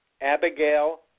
Abigail